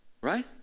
right